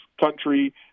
country